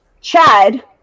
Chad